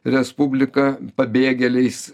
respublika pabėgėliais